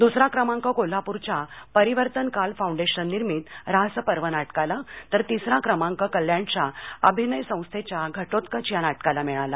दुसरा क्रमांक कोल्हापूरच्या परिवर्तनकाल फाउंडेशन निर्मित ऱ्हासपर्व नाटकाला तर तिसरा क्रमांक कल्याणच्या अभिनय संस्थेच्या घटोत्कच या नाटकाला मिळाला